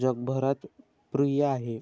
जगभरात प्रिय आहे